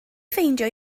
ffeindio